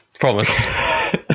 Promise